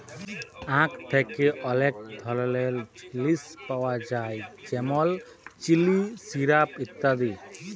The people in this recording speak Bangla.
আখ থ্যাকে অলেক ধরলের জিলিস পাওয়া যায় যেমল চিলি, সিরাপ ইত্যাদি